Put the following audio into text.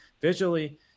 visually